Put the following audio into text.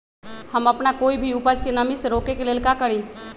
हम अपना कोई भी उपज के नमी से रोके के ले का करी?